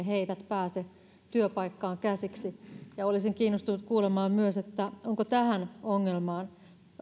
he eivät pääse työpaikkaan käsiksi olisin kiinnostunut kuulemaan myös onko tähän ongelmaan